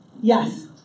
Yes